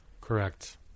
Correct